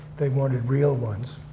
they wanted real ones.